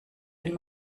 wenn